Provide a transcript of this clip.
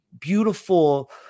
beautiful